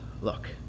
look